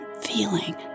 feeling